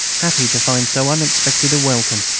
happy to find so unexpected a welcome.